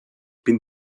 bin